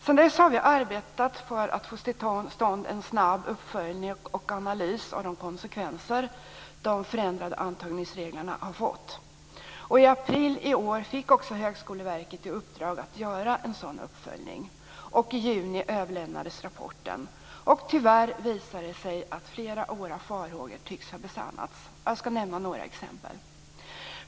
Sedan dess har vi arbetat på att snabbt få till stånd en uppföljning och en analys av de konsekvenser som de förändrade antagningsreglerna har fått. I april i år fick Högskoleverket i uppdrag att göra en sådan uppföljning. I juni överlämnades rapporten. Tyvärr tycks flera av våra farhågor ha besannats. Jag ska nämna några exempel.